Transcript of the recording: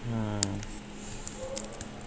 mm